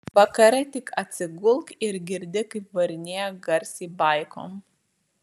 vakare tik atsigulk ir girdi kaip varinėja garsiai baikom